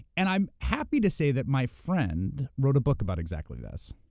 and i'm happy to say that my friend wrote a book about exactly this.